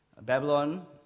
Babylon